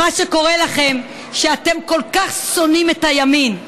מה שקורה לכם שאתם כל כך שונאים את הימין,